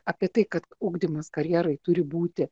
apie tai kad ugdymas karjerai turi būti